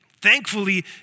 Thankfully